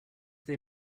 they